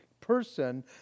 person